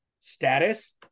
status